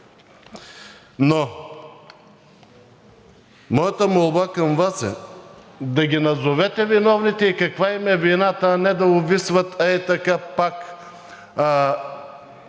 Но моята молба към Вас е да ги назовете виновните и каква им е вината, а не да увисват ей така пак,